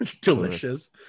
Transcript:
Delicious